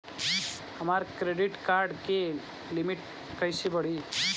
हमार credit card के limit कइसे बढ़ी?